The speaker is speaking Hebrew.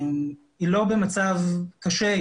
היא לא במצב קשה,